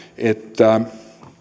että